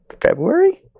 February